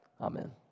Amen